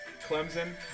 Clemson